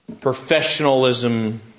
professionalism